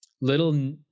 Little